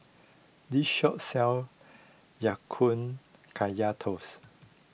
this shop sells Ya Kun Kaya Toast